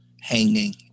hanging